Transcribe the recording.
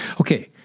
Okay